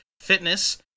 fitness